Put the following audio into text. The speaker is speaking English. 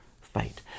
fight